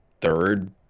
third